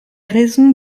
raisons